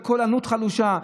בקול ענות חלושה.